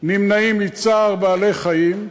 נמנעים מצער בעלי-החיים,